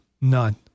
None